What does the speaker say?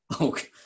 Okay